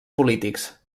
polítics